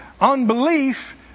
Unbelief